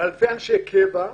באלפי אנשי קבע,